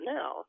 now